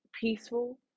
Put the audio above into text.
peaceful